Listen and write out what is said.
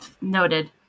Noted